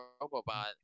Robobot